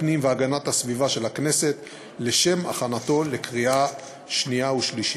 הפנים והגנת הסביבה של הכנסת לשם הכנתו לקריאה שנייה ושלישית.